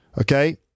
Okay